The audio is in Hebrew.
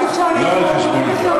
אבל, ידידי, לא על חשבון הזמן.